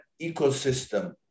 ecosystem